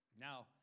Now